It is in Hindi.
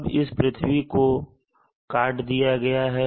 अब इस पृथ्वी को काट दिया गया है